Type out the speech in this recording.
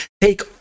Take